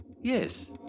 Yes